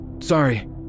sorry